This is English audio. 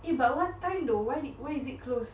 eh what time though why why is it closed